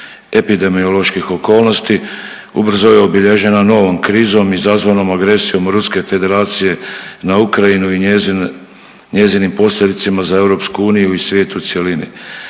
epidemioloških okolnosti ubrzo je obilježena novom krizom izazvanom agresijom Ruske Federacije na Ukrajinu i njezin, njezinim posljedicama za EU i svijet u cjelini.